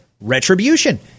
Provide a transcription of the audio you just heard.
retribution